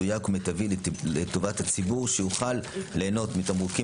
מדויק ומיטיבי לטובת הציבור שיוכל ליהנות מתמרוקים